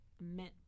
meant